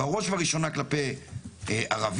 בראש וראשונה כלפי ערבים,